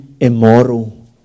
immoral